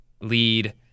lead